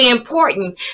important